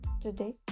Today